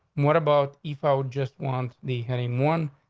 what about if i would just want the heading one?